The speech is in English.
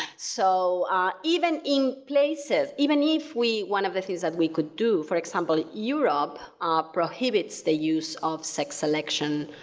so ah even in places, even if one of the things that we could do for example, europe ah prohibits the use of sex selection